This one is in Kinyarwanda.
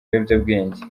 biyobyabwenge